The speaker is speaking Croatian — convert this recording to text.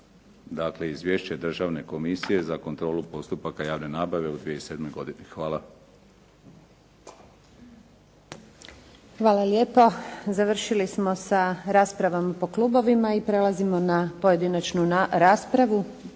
Dakle, izvješće Državne komisije za kontrolu postupaka javne nabave u 2007. godini. Hvala. **Antunović, Željka (SDP)** Hvala lijepa. Završili smo sa raspravom po klubovima i prelazimo na pojedinačnu raspravu.